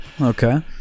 Okay